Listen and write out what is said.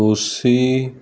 ਤੁਸੀਂ